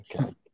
Okay